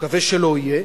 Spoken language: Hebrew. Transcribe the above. אני מקווה שלא יהיה,